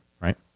right